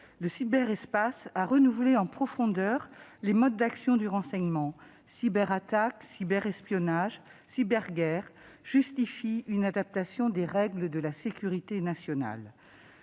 Le cyberespace a renouvelé en profondeur les modes d'action du renseignement. Cyberattaques, cyberespionnage, cyberguerres justifient une adaptation des règles de la sécurité nationale.